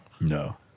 no